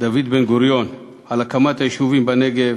דוד בן-גוריון, על הקמת היישובים בנגב,